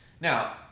Now